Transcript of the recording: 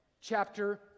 chapter